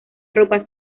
ropa